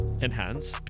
Enhance